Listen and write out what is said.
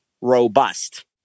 robust